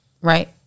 right